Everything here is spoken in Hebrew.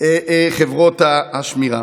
חברות השמירה.